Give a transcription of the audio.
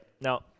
Now